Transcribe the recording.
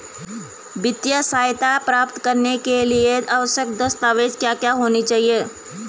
वित्तीय सहायता प्राप्त करने के लिए आवश्यक दस्तावेज क्या क्या होनी चाहिए?